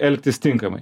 elgtis tinkamai